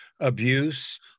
abuse